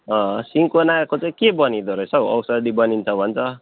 अँ सिन्कोनाको चाहिँ के बनिँदो रहेछ हौ औषधी बनिन्छ भन्छ